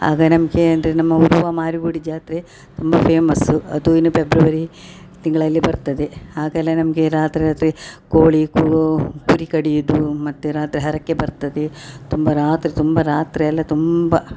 ಆಗ ನಮಗೆ ಅಂದರೆ ನಮ್ಮ ಉರ್ವ ಮಾರಿಗುಡಿ ಜಾತ್ರೆ ತುಂಬಾ ಫೇಮಸ್ಸು ಅದು ಇನ್ನು ಪೆಬ್ರವರಿ ತಿಂಗಳಲ್ಲಿ ಬರ್ತದೆ ಆಗೆಲ್ಲ ನಮಗೆ ರಾತ್ರೆ ರಾತ್ರೆ ಕೋಳಿ ಕೂಗೊ ಕುರಿ ಕಡಿಯುದು ಮತ್ತು ರಾತ್ರಿ ಹರಕೆ ಬರ್ತದೆ ತುಂಬಾ ರಾತ್ರೆ ತುಂಬಾ ರಾತ್ರೆ ಎಲ್ಲ ತುಂಬ